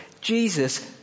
Jesus